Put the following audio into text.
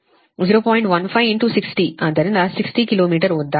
15 60 ಆದ್ದರಿಂದ 60 kilometre ಉದ್ದ